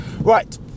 Right